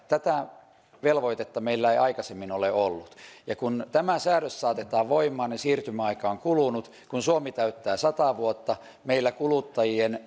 tätä velvoitetta meillä ei aikaisemmin ole ollut ja kun tämä säädös saatetaan voimaan ja siirtymäaika on kulunut kun suomi täyttää sata vuotta meillä kuluttajien